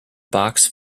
box